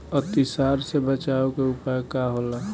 अतिसार से बचाव के उपाय का होला?